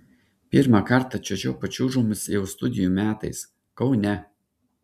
pirmą kartą čiuožiau pačiūžomis jau studijų metais kaune